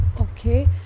okay